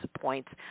points